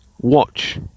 watch